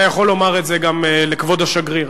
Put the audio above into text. אתה יכול לומר את זה גם לכבוד השגריר.